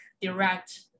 direct